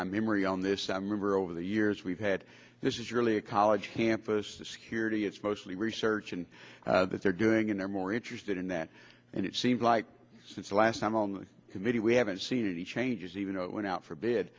my memory on this summer over the years we've had this is really a college campus security it's mostly research and what they're doing and they're more interested in that and it seems like since the last time on the committee we haven't seen any changes even though it went out for bid